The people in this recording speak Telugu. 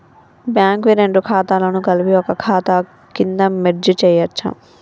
బ్యాంక్ వి రెండు ఖాతాలను కలిపి ఒక ఖాతా కింద మెర్జ్ చేయచ్చా?